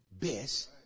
best